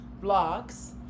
blocks